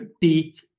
beat